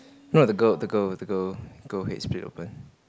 not the girl the girl the girl girl head split open